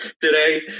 today